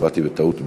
הצבעתי בטעות בעד.